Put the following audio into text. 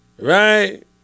right